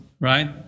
right